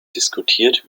diskutiert